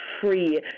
free